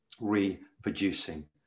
reproducing